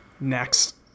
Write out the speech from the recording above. Next